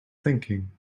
thinking